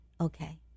Okay